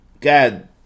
God